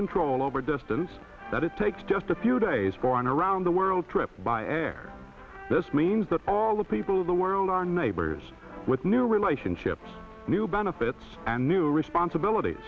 control over distances that it takes just a few days for an around the world trip by air this means that all the people of the world are neighbors with new relationships new benefits and new responsibilit